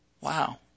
Wow